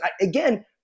Again